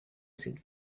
seemed